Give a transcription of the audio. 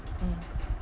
mm